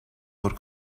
por